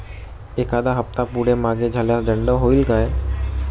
एखादा हफ्ता पुढे मागे झाल्यास दंड होईल काय?